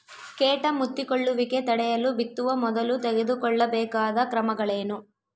ಕೇಟ ಮುತ್ತಿಕೊಳ್ಳುವಿಕೆ ತಡೆಯಲು ಬಿತ್ತುವ ಮೊದಲು ತೆಗೆದುಕೊಳ್ಳಬೇಕಾದ ಕ್ರಮಗಳೇನು?